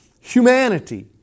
humanity